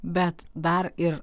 bet dar ir